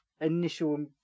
initial